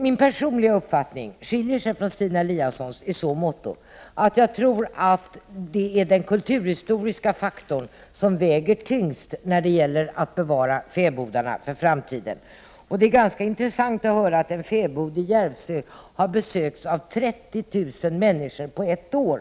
Min personliga uppfattning skiljer sig från Stina Eliassons i så måtto att jag tror att det är den kulturhistoriska faktorn som väger tyngst när det gäller att bevara fäbodarna för framtiden. Det är ganska intressant att höra att en fäbod i Järvsö har besökts av 30 000 människor på ett år.